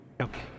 Okay